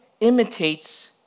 imitates